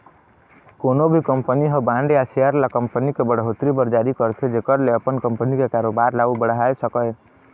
कोनो भी कंपनी ह बांड या सेयर ल कंपनी के बड़होत्तरी बर जारी करथे जेखर ले अपन कंपनी के कारोबार ल अउ बढ़ाय सकय